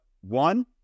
one